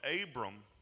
Abram